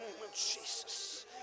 Jesus